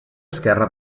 esquerre